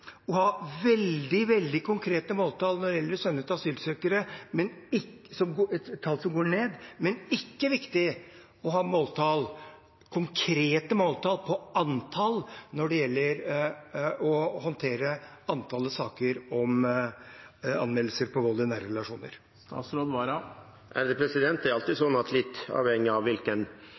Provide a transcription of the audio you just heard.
å ha veldig konkrete måltall når det gjelder å sende ut asylsøkere, et tall som går ned, men ikke viktig å ha konkrete måltall for antall når det gjelder å håndtere anmeldte saker om vold i nære relasjoner? Det er alltid slik at litt avhengig av hvilken